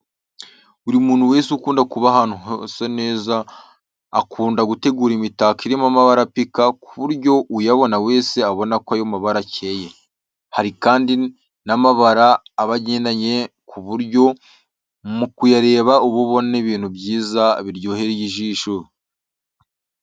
Umuntu wese ukunda kuba ahantu hasa neza akunda gutegura imitako irimo amabara apika ku buryo uyabona wese abonako ayo mabara akeye. Hari kandi n'amabara aba agendanye ku buryo mu kuyareba uba ubona ari ibintu byiza biryoheye ijisho.